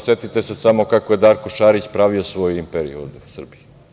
Setite se samo kako je Darko Šarić pravio svoju imperiju ovde u Srbiji.